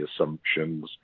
assumptions